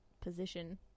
position